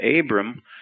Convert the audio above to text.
Abram